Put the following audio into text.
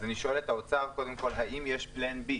אז אני שואל את האוצר קודם כול: האם יש תוכנית ב'?